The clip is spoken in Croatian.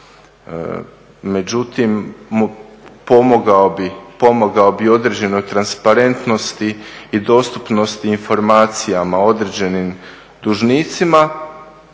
Međutim, pomogao bi određenoj transparentnosti i dostupnosti informacijama određenim dužnicima